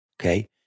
okay